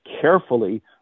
carefully